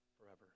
forever